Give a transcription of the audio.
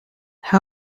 how